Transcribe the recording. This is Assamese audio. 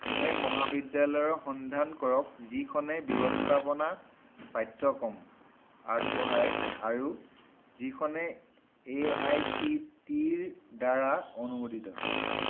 এনে মহাবিদ্যালয়ৰ সন্ধান কৰক যিখনে ব্যৱস্থাপনা পাঠ্যক্ৰম আগবঢ়ায় আৰু যিখনে এ আই চি টি ৰ দ্বাৰা অনুমোদিত